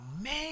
man